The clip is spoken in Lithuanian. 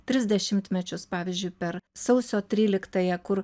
tris dešimtmečius pavyzdžiui per sausio tryliktąją kur